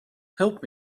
help